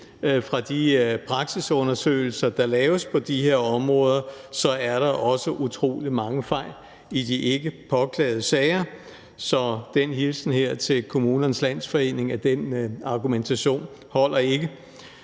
fra de praksisundersøgelser, der laves på de her områder, at der også er utrolig mange fejl i de ikkepåklagede sager. Så det her er en hilsen til Kommunernes Landsforening, hvor jeg vil sige,